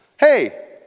Hey